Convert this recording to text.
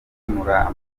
gukemura